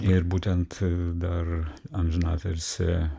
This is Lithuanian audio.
ir būtent dar amžiną atilsį